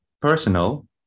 personal